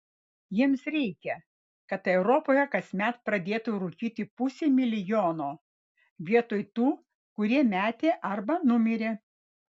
jiems reikia kad europoje kasmet pradėtų rūkyti pusė milijono vietoj tų kurie metė arba numirė